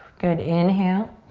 good, inhale.